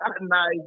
Nice